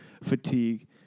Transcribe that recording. fatigue